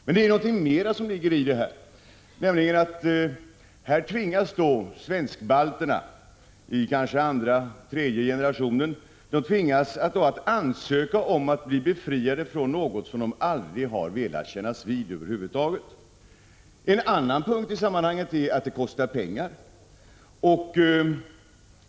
Men det ligger också någonting mera i detta, nämligen att svensk-balterna i andra och tredje generationen tvingas ansöka om att bli befriade från något som de aldrig velat kännas vid över huvud taget. En annan punkt i sammanhanget är att det kostar pengar.